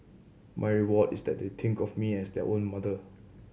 my reward is that they think of me as their own mother